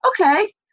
Okay